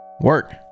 work